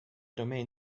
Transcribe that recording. domain